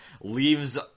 leaves